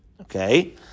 Okay